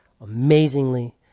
amazingly